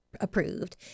approved